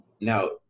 now